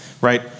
Right